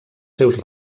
seus